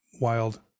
wild